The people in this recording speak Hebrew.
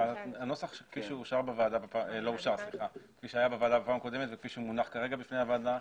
הנוסח כפי שהיה בוועדה בפעם הקודמת וכפי שהוא מונח כרגע בפני הוועדה,